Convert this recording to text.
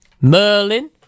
merlin